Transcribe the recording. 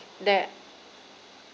that